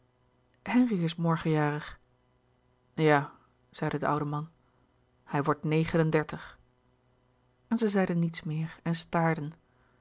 henri is morgen jarig ja zeide de oude man hij wordt negen en dertig en zij zeiden niets meer en staarden